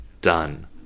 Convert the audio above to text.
done